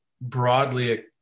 broadly